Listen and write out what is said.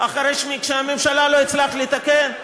אחרי שבממשלה לא הצלחת לתקן?